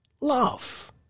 love